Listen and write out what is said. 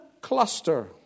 cluster